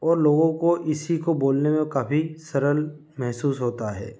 और लोगो को इसी को बोलने में काफ़ी सरल महसूस होता है